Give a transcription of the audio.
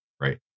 right